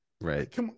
Right